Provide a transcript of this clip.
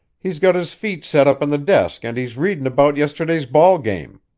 he's got his feet set up on the desk and he's readin' about yesterday's ball game.